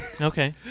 Okay